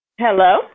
Hello